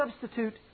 substitute